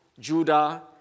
Judah